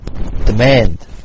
demand